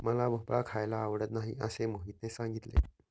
मला भोपळा खायला आवडत नाही असे मोहितने सांगितले